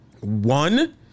one